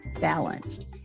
balanced